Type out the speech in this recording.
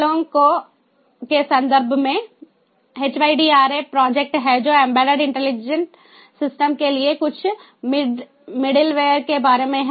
पहलों के संदर्भ में HYDRA प्रोजेक्ट है जो एम्बेडेड इंटेलिजेंट सिस्टम के लिए कुछ मिडलवेयर के बारे में है